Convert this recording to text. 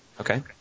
Okay